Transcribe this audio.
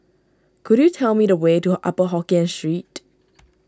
could you tell me the way to Upper Hokkien Street